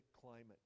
climate